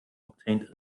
obtained